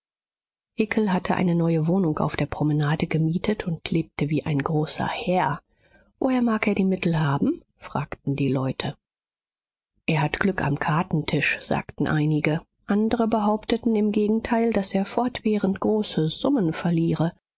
hatte eine neue wohnung auf der promenade gemietet und lebte wie ein großer herr woher mag er die mittel haben fragten die leute er hat glück am kartentisch sagten einige andre behaupteten im gegenteil daß er fortwährend große summen verliere